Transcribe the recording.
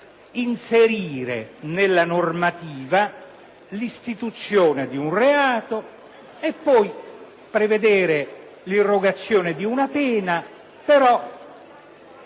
inserire nella normativa l'istituzione di un reato, prevedere l'irrogazione di una pena, però